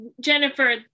Jennifer